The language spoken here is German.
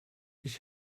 ich